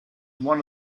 one